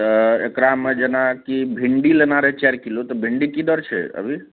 तऽ एकरामे जेनाकि भिन्डी लेना रहै चारि किलो तऽ भिन्डी कि दर छै अभी